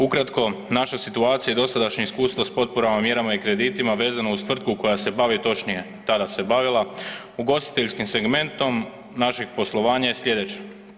Ukratko, naša situacija i dosadašnje iskustvo s potporama, mjerama i kreditima vezano uz tvrtku koja se bavi, točnije, tada se bavila ugostiteljskim segmentom, našeg poslovanja je slijedeća.